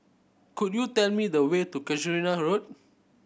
could you tell me the way to Casuarina Road